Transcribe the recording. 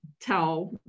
tell